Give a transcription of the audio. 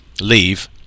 leave